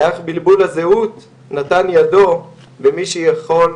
היאך בלבול הזהות נתן ידו במי שיכול,